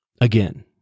Again